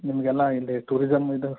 ನಿಮಗೆಲ್ಲ ಇಲ್ಲಿ ಟೂರಿಸಮ್ ಇದು